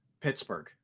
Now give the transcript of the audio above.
Pittsburgh